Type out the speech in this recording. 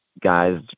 guys